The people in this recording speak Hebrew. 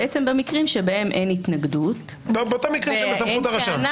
מדובר על מקרים שבהם אין התנגדות ואין טענה